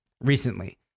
recently